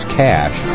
cash